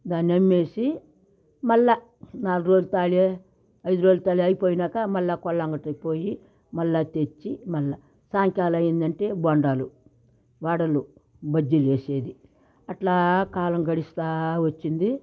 దాన్ని అమ్మేసి మళ్ళీ నాలుగు రోజులు తాలి ఐదు రోజులు తాలి అయిపోయినాకా మళ్ళీ కొల్లా అంగడిలోకి పోయి మళ్ళీ తెచ్చి మళ్ళీ సాయంకాలం అయిందంటే బొండాలు వడలు బజ్జీలు వేసేది అట్లా కాలం గడుస్తూ వచ్చింది